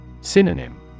Synonym